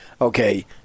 Okay